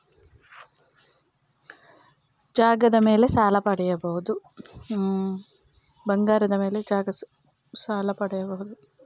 ಯಾವುದರ ಮೇಲೆ ಸಾಲ ಪಡೆಯಬಹುದು?